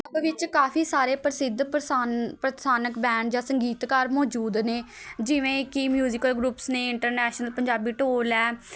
ਵਿੱਚ ਕਾਫ਼ੀ ਸਾਰੇ ਪ੍ਰਸਿੱਧ ਪ੍ਰਸਾਨ ਪ੍ਰਤਸਾਨਕ ਬੈਂਡ ਜਾਂ ਸੰਗੀਤਕਾਰ ਮੌਜੂਦ ਨੇ ਜਿਵੇਂ ਕਿ ਮਿਊਸੀਕਲ ਗਰੁੱਪਸ ਨੇ ਇੰਟਰਨੈਸ਼ਨਲ ਪੰਜਾਬੀ ਢੋਲ ਹੈ